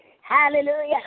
Hallelujah